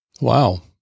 Wow